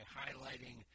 highlighting